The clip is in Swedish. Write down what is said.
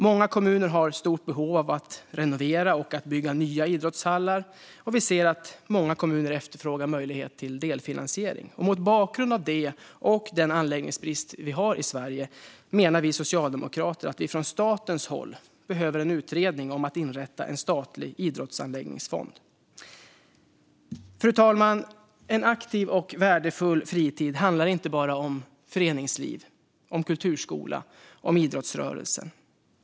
Många kommuner har stora behov av att renovera och att bygga nya idrottshallar. Vi ser också att många kommuner efterfrågar möjlighet till delfinansiering. Mot bakgrund av detta och den anläggningsbrist vi har i Sverige menar vi socialdemokrater att vi från statens håll behöver en utredning om att inrätta en statlig idrottsanläggningsfond. Fru talman! En aktiv och värdefull fritid handlar inte bara om föreningsliv, om kulturskola och om idrottsrörelsen.